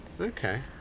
Okay